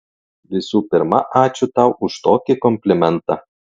visų pirma ačiū tau už tokį komplimentą